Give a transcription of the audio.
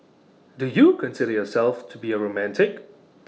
do you consider yourself to be A romantic